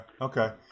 Okay